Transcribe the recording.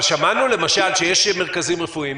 שמענו למשל שיש מרכזים רפואיים,